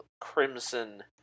crimson